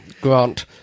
Grant